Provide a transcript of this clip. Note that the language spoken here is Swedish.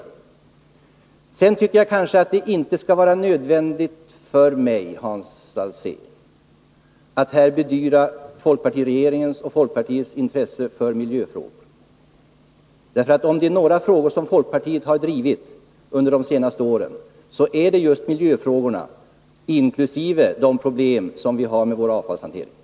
Slutligen tycker jag inte att det skall vara nödvändigt för mig, Hans Alsén, att här bedyra den tidigare folkpartiregeringens och folkpartiets intresse för miljöfrågor, för om det är något som folkpartiet drivit under de senaste åren, så är det miljöfrågorna även vad gäller de problem som vi har med avfallshanteringen.